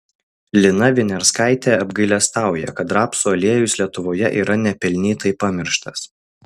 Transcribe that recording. lina viniarskaitė apgailestauja kad rapsų aliejus lietuvoje yra nepelnytai pamirštas